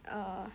uh